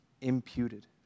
imputed